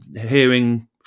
hearing